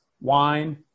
wine